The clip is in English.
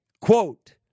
Quote